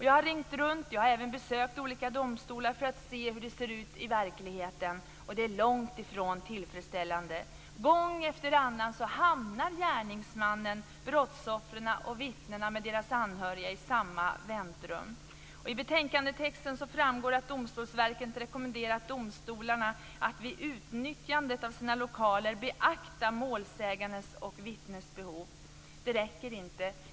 Jag har ringt runt och även besökt domstolar för att se hur det ser ut i verkligheten. Det är långt ifrån tillfredsställande. Gång efter annan hamnar gärningsmannen, brottsoffren och vittnen med anhöriga i samma väntrum. I betänkandetexten framgår att Domstolsverket rekommenderar domstolarna att vid utnyttjandet av sina lokaler beakta målsägandens och vittnets behov. Det räcker inte.